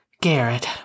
Garrett